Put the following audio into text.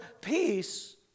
peace